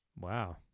Wow